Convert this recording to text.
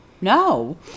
No